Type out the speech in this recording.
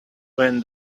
when